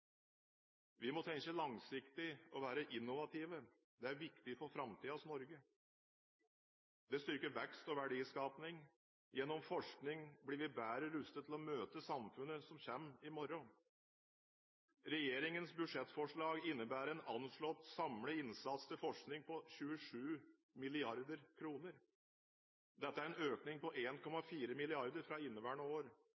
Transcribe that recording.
Vi må tenke langsiktig og være innovative. Det er viktig for framtidens Norge. Det styrker vekst og verdiskaping. Gjennom forskning blir vi bedre rustet til å møte samfunnet som kommer i morgen. Regjeringens budsjettforslag innebærer en anslått samlet innsats til forskning på 27 mrd. kr. Dette er en økning på